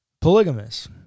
Polygamous